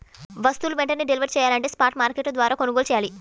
వస్తువులు వెంటనే డెలివరీ చెయ్యాలంటే స్పాట్ మార్కెట్ల ద్వారా కొనుగోలు చెయ్యాలి